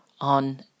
on